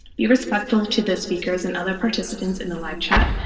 be respectful to the speakers and other participants in the live chat.